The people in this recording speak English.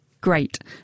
great